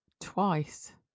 twice